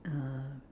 uh